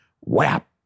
whap